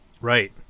right